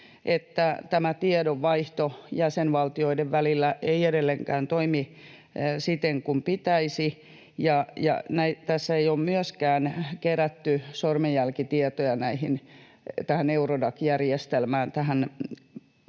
että tiedonvaihto jäsenvaltioiden välillä ei edelleenkään toimi siten kuin pitäisi. Tässä ei ole myöskään kerätty sormenjälkitietoja biometriseen